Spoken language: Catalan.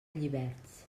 lliberts